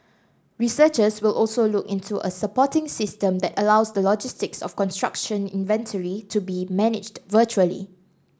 researchers will also look into a supporting system that allows the logistics of construction inventory to be managed virtually